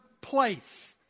place